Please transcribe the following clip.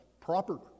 proper